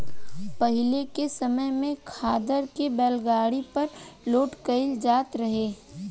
पाहिले के समय में खादर के बैलगाड़ी पर लोड कईल जात रहे